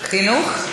ועדת החינוך.